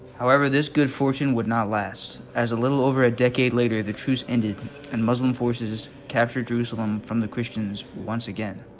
however this good fortune would not last as a little over a decade later the truce ended and muslim forces captured jerusalem from the christians once again.